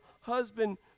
husband